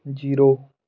zero